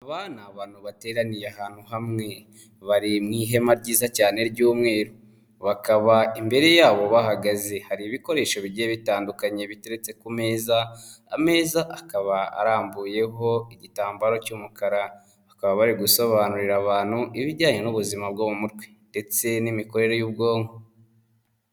Aba ni abantu bateraniye ahantu hamwe, bari mu ihema ryiza cyane ry'umweru, bakaba imbere yabo bahagaze, hari ibikoresho bigiye bitandukanye biteretse ku meza, ameza akaba arambuyeho igitambaro cy'umukara, bakaba bari gusobanurira abantu ibijyanye n'ubuzima bwo mu mutwe ndetse n'imikorere y'ubwonko.